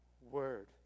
word